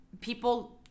people